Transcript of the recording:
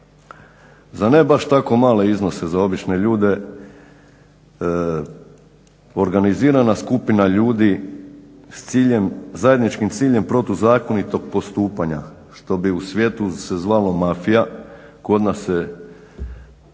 Za ne baš tako male iznose za obične ljude organizirana skupina ljudi sa zajedničkim ciljem protuzakonitog postupanja što bi u svijetu se zvalo mafija kod nas se